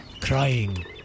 crying